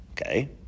Okay